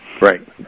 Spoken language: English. Right